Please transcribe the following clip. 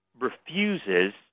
refuses